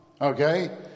Okay